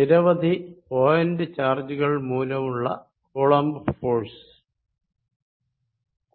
നിരവധി പോയിന്റ് ചാർജുകൾ മൂലമുള്ള കൂളംബ് ഫോഴ്സ്